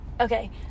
Okay